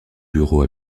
bureau